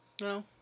No